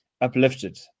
uplifted